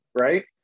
right